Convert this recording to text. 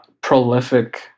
prolific